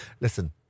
Listen